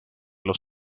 los